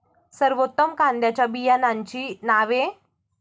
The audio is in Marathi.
सर्वोत्तम कांद्यांच्या बियाण्यांची नावे?